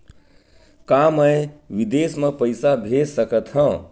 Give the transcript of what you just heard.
का मैं विदेश म पईसा भेज सकत हव?